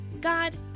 God